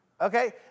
okay